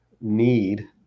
need